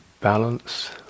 balance